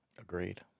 Agreed